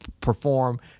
perform